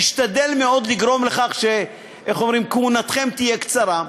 נשתדל מאוד לגרום לכך שכהונתכם תהיה קצרה,